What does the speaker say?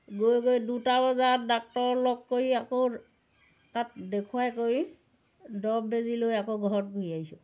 গৈ গৈ দুটা বজাত ডাক্তৰৰ লগ কৰি আকৌ তাত দেখুৱাই কৰি দৰৱ বেজি লৈ আকৌ ঘৰত ঘূৰি আহিছোঁ